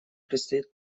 предстоит